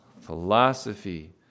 Philosophy